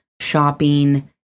shopping